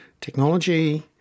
technology